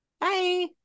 bye